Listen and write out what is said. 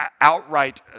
outright